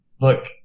look